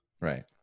Right